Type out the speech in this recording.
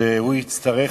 שהוא יצטרך